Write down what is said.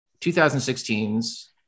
2016's